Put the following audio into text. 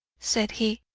said he.